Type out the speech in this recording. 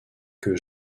que